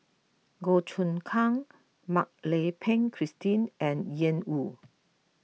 Goh Choon Kang Mak Lai Peng Christine and Ian Woo